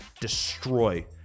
destroy